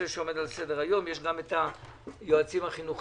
שעומד על סדר היום יש גם את היועצים החינוכיים.